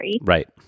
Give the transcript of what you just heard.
right